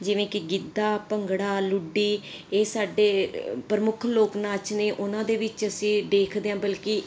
ਜਿਵੇਂ ਕਿ ਗਿੱਧਾ ਭੰਗੜਾ ਲੁੱਡੀ ਇਹ ਸਾਡੇ ਪ੍ਰਮੁੱਖ ਲੋਕ ਨਾਚ ਨੇ ਉਹਨਾਂ ਦੇ ਵਿੱਚ ਅਸੀਂ ਦੇਖਦੇ ਹਾਂ ਬਲਕਿ